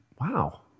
Wow